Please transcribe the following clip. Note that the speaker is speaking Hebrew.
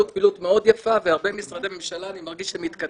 היא פעילות מאוד יפה והרבה משרדי ממשלה מתקדמים,